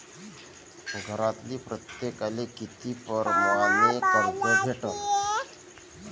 घरातील प्रत्येकाले किती परमाने कर्ज भेटन?